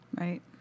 Right